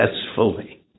successfully